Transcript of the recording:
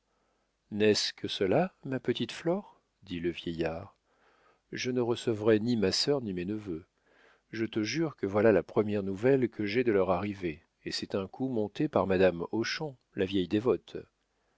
n'est-ce que cela ma petite flore dit le vieillard je ne recevrai ni ma sœur ni mes neveux je te jure que voilà la première nouvelle que j'ai de leur arrivée et c'est un coup monté par madame hochon la vieille dévote